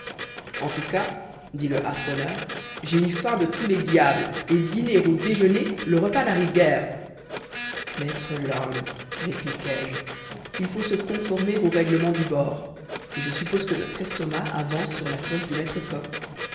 en tout cas dit le harponneur j'ai une faim de tous les diables et dîner ou déjeuner le repas n'arrive guère maître land répliquai-je il faut se conformer au règlement du bord et je suppose que notre estomac avance sur la cloche du maître coq